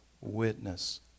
witness